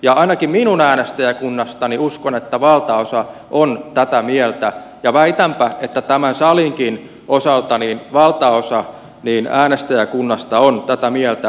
ja ainakin minun äänestäjäkunnastani uskon että valtaosa on tätä mieltä ja väitänpä että tämän salinkin osalta valtaosa äänestäjäkunnasta on tätä mieltä